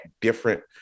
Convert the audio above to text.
different